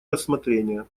рассмотрения